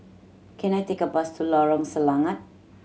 can I take a bus to Lorong Selangat